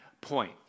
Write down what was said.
point